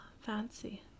fancy